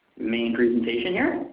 main presentation here.